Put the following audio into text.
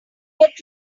get